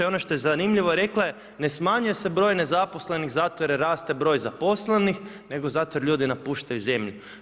I ono što je zanimljivo rekla je ne smanjuje se broj nezaposlenih, zato jer raste broj zaposlenih, nego zato jer ljudi napuštaju zemlju.